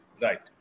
right